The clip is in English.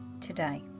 today